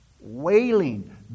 wailing